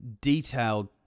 detailed